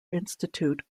institute